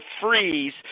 freeze